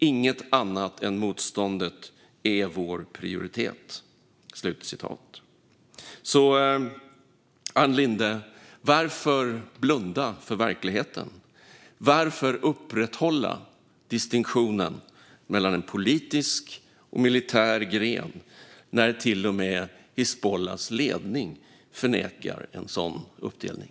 Inget annat än motståndet är vår prioritet. Ann Linde! Varför blunda för verkligheten? Varför upprätthålla distinktionen mellan en politisk och en militär gren, när till och med Hizbullahs ledning förnekar en sådan uppdelning?